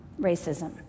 racism